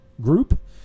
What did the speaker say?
group